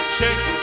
shake